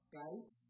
right